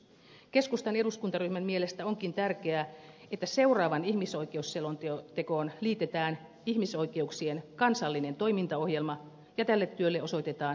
keskustan eduskuntaryhmän mielestä onkin tärkeää että seuraavaan ihmisoikeusselontekoon liitetään ihmisoikeuksien kansallinen toimintaohjelma ja tälle työlle osoitetaan riittävät resurssit